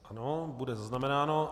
Ano, bude zaznamenáno.